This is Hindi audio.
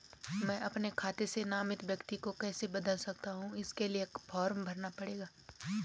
मैं अपने खाते से नामित व्यक्ति को कैसे बदल सकता हूँ इसके लिए फॉर्म भरना पड़ेगा?